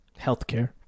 Healthcare